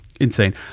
insane